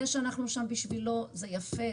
זה שאנחנו שם בשבילו זה יפה,